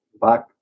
back